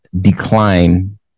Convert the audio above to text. decline